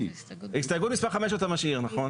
את הסתייגות מספר 5 אתה משאיר, נכון?